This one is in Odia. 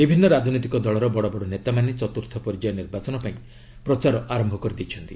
ବିଭିନ୍ନ ରାଜନୈତିକ ଦଳର ବଡ଼ବଡ଼ ନେତାମାନେ ଚତ୍ର୍ଥ ପର୍ଯ୍ୟାୟ ନିର୍ବାଚନ ପାଇଁ ପ୍ରଚାର ଆରମ୍ଭ କରିଦେଇଛନ୍ତି